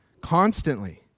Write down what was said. Constantly